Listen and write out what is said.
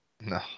No